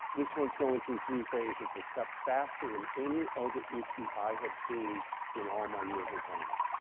this one's going through three phases, except faster than any other issue i have seen in all my years in congress.